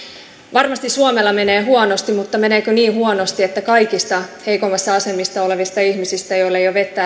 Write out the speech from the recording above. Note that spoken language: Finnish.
varmasti suomella menee huonosti mutta meneekö niin huonosti että kaikista heikoimmassa asemassa olevilta ihmisiltä joilla ei ole vettä